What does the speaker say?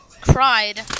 cried